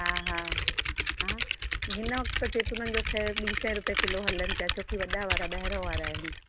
हा हा हा हिन वक़्तु जैतुन जो ख़ैरि ॿी सौ रुपए किलो हलनि पिया छोकी वारा ॿाहिरां वारा आहिनि